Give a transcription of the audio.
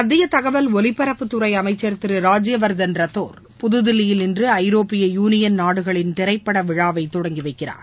மத்திய தகவல் ஒலிபரப்புத்துறை அமைச்சர் திரு ராஜ்யவர்தன் ரத்தோர் புதுதில்லியில் இன்று ஐரோப்பிய யூனியன் நாடுகளின் திரைப்படவிழாவை தொடங்கி வைக்கிறார்